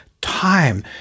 time